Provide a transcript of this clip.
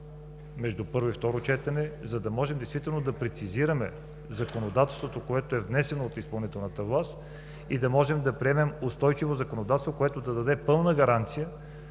между първо и второ четене, за да можем действително да прецизираме законодателството, което е внесено от изпълнителната власт и да можем да приемем устойчиво законодателство, което да даде пълна гаранция